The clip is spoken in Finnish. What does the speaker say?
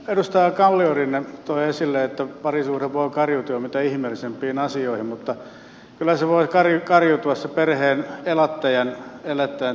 edustaja kalliorinne toi esille että parisuhde voi kariutua mitä ihmeellisimpiin asioihin mutta kyllä se voi kariutua se perheen elättäjän tehtä väkin